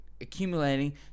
accumulating